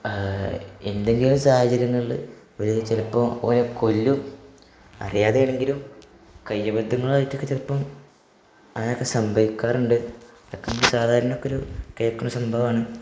എന്തെങ്കിലും സാഹചര്യങ്ങളിൽ ഇവർ ചിലപ്പോൾ ഓനെ കൊല്ലും അറിയാതെയാണെങ്കിലും കൈ അബദ്ധങ്ങളായിട്ടൊക്കെ ചിലപ്പം അങ്ങനെയൊക്കെ സംഭവിക്കാറുണ്ട് ഇതൊക്കെ നമ്മൾ സാധാരണക്കൊരു കേൾക്കണ സംഭവമാണ്